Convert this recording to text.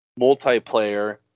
multiplayer